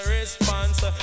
response